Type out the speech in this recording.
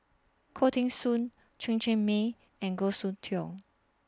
Khoo Teng Soon Chen Cheng Mei and Goh Soon Tioe